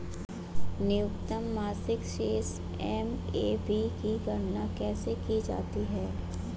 न्यूनतम मासिक शेष एम.ए.बी की गणना कैसे की जाती है?